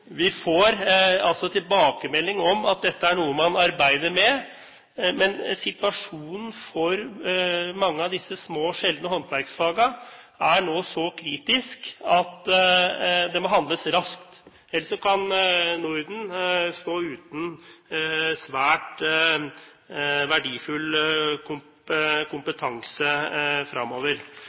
Vi får altså tilbakemelding om at dette er noe man arbeider med, men situasjonen for mange av disse små, sjeldne håndverksfagene er nå så kritisk at det må handles raskt, ellers kan Norden stå uten svært verdifull kompetanse